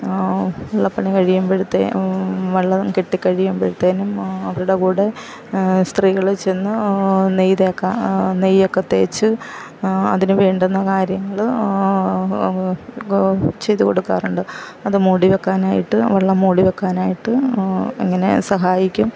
വള്ളപ്പണി കഴിയുമ്പഴത്തേന് വള്ളം കെട്ടികഴിയുമ്പഴത്തേനും അവരുടെ കൂടെ സ്ത്രീകള് ചെന്ന് നെയ്തൊക്ക നെയ്യൊക്കെ തേച്ച് അതിന് വേണ്ടുന്ന കാര്യങ്ങള് ചെയ്ത് കൊടുക്കാറുണ്ട് അത് മൂടിവെക്കാനായിട്ട് വള്ളം മൂടിവെക്കാനായിട്ട് അങ്ങനെ സഹായിക്കും